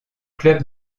club